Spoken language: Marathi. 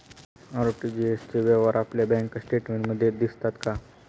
आर.टी.जी.एस चे व्यवहार आपल्या बँक स्टेटमेंटमध्ये दिसतात का?